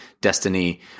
Destiny